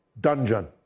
dungeon